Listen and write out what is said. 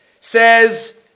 Says